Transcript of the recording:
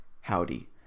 Howdy